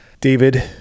david